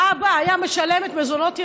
האבא היה משלם את מזונות ילדיו,